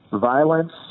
violence